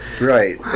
Right